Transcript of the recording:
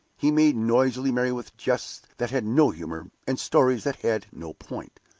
he made noisily merry with jests that had no humor, and stories that had no point.